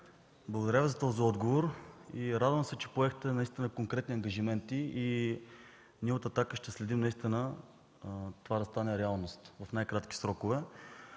Благодаря Ви за този отговор. Радвам се, че поехте наистина конкретни ангажименти. Ние от „Атака” ще следим това да стане реалност в най-кратки срокове.